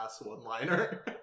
one-liner